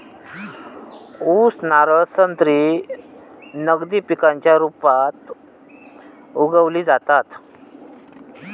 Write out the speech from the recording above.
ऊस, नारळ, संत्री नगदी पिकांच्या रुपात उगवली जातत